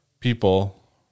people